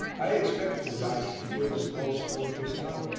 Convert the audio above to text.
i expected the doctor to feel his pulse and look at his tongue,